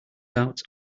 doubts